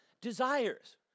desires